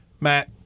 matt